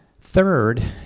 Third